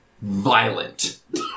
Violent